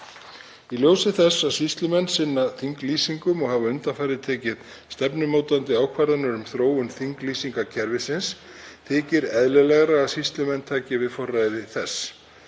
Í ljósi þess að sýslumenn sinna þinglýsingum, og hafa undanfarið tekið stefnumótandi ákvarðanir um þróun þinglýsingakerfisins, þykir eðlilegra að sýslumenn taki við forræði þess.